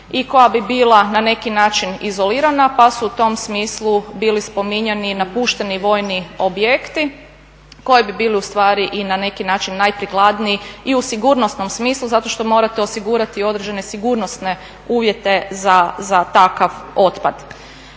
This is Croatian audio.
i koja bi bila na neki način izolirana pa su u tom smislu bili spominjani napušteni vojni objekti koji bi bili ustvari i na neki način najprikladniji i u sigurnosnom smislu zato što morate osigurati određene sigurnosne uvjete za takav otpad.